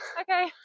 Okay